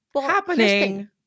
happening